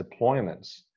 deployments